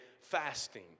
fasting